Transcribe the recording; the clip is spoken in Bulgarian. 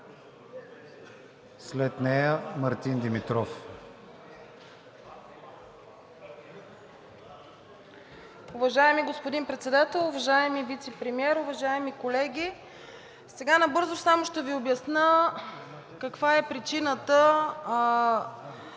след нея – Мартин Димитров.